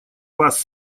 вас